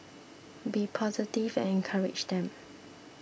be positive and encourage them